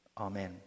Amen